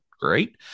Great